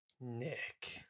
Nick